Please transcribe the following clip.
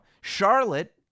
Charlotte